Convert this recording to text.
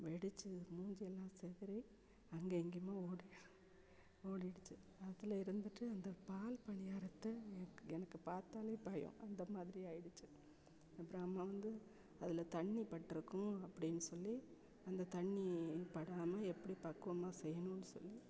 வெடித்து மூஞ்சியெல்லாம் சிதறி அங்கே இங்கேயுமா ஓடி ஓடிடுச்சு அதில் இருந்துட்டு அந்த பால் பணியாரத்தை எனக்கு எனக்கு பார்த்தாலே பயம் அந்த மாதிரி ஆகிடுச்சு அப்புறம் அம்மா வந்து அதில் தண்ணி பட்டிருக்கும் அப்படின்னு சொல்லி அந்த தண்ணி படாமல் எப்படி பக்குவமாக செய்யணும்ன்னு சொல்லி